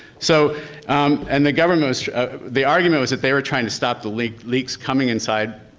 so and the government was the argument was that they were trying to stop the leaks leaks coming inside,